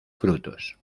frutos